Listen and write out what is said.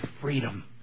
freedom